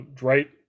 right